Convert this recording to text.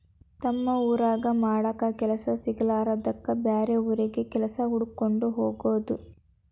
ತಮ್ಮ ಊರಾಗ ಮಾಡಾಕ ಕೆಲಸಾ ಸಿಗಲಾರದ್ದಕ್ಕ ಬ್ಯಾರೆ ಊರಿಗೆ ಕೆಲಸಾ ಹುಡಕ್ಕೊಂಡ ಹೊಗುದು